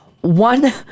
One